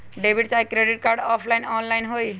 Debit card credit card offline online होई?